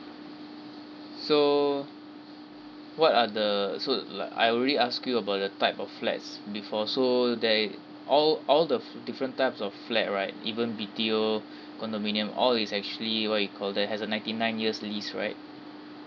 so what are the so l~ like I already asked you about the type of flats before so there i~ all all the different types of flat right even B_T_O condominium all is actually what you call that has a ninety nine years lease right